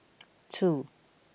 two